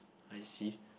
I see